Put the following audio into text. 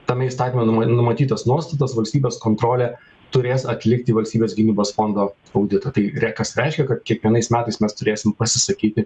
tame įstatyme numatytas nuostatas valstybės kontrolė turės atlikti valstybės gynybos fondo auditą tai re kas reiškia kad kiekvienais metais mes turėsim pasisakyti